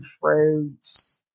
fruits